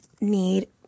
need